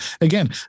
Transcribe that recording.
Again